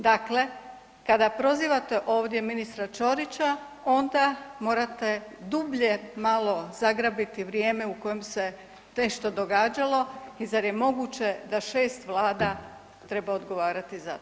Dakle, kada prozivate ovdje ministra Ćorića, onda morate dublje malo zagrabiti vrijeme u kojem se nešto događalo i zar je moguće da 6 vlada treba odgovarati za to.